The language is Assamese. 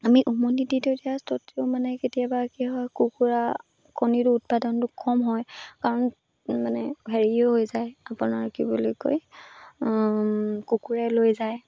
আমি উমনি দি দিয়ে দিয়া ততেও মানে কেতিয়াবা কি হয় কুকুৰা কণীৰ উৎপাদনটো কম হয় কাৰণ মানে হেৰিও হৈ যায় আপোনাৰ কি বুলি কয় কুকুৰে লৈ যায়